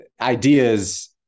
ideas